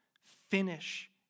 finish